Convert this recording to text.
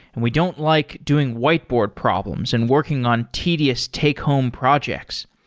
and we don't like doing whiteboard problems and working on tedious take home projects.